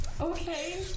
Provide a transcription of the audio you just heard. Okay